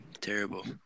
Terrible